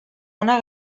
una